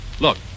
Look